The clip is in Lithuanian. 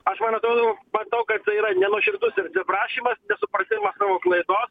aš man atrodo matau kad tai yra nenuoširdus ir atsiprašymas nesupratimas savo klaidos